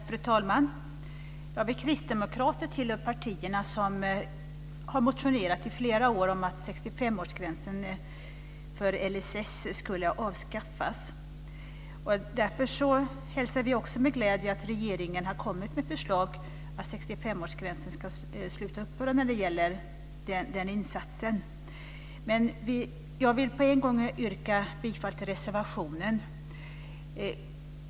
Fru talman! Kristdemokraterna tillhör de partier som i flera år har motionerat om att 65-årsgränsen för LSS skulle avskaffas. Därför hälsar vi också med glädje att regeringen har kommit med förslag om att 65-årsgränsen ska upphöra när det gäller den insatsen. Jag vill på en gång yrka bifall till reservationen.